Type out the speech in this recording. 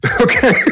Okay